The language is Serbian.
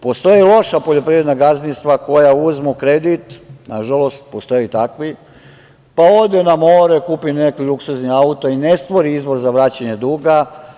Postoje loša poljoprivredna gazdinstva koja uzmu kredit, nažalost postoje i takvi pa odu na more, kupe neki luksuzni auto i ne stvori izvoz za vraćanje duga.